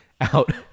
out